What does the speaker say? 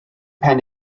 pen